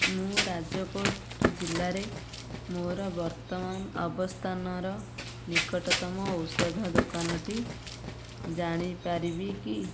ମୁଁ ରାଜକୋଟ ଜିଲ୍ଲାରେ ମୋର ବର୍ତ୍ତମାନ ଅବସ୍ଥାନର ନିକଟତମ ଔଷଧ ଦୋକାନଟି ଜାଣିପାରିବି କି